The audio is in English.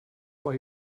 why